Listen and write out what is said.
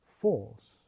force